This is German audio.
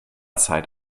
zeit